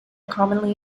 commonly